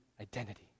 identity